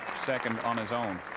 second on its own.